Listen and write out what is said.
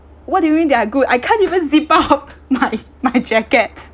what do you mean they are good I can't even zip up my my jacket